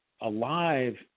alive